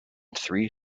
three